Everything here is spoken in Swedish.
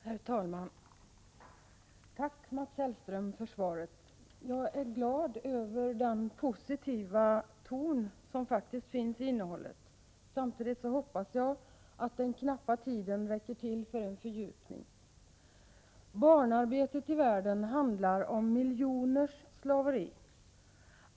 Herr talman! Tack för svaret, Mats Hellström. Jag är glad över den positiva tonen och hoppas att den knappa tiden räcker till för en fördjupning. Barnarbetet i världen handlar om miljoners slaveri.